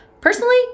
Personally